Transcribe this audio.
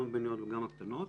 גם הבינוניות וגם הקטנות,